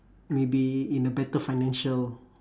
maybe in a better financial